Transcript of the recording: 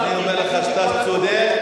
אני אומר לך שאתה צודק,